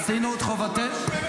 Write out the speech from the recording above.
זו חובתכם.